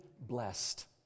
blessed